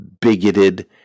bigoted